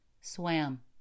Swam